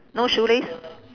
no shoelace